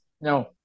No